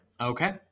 Okay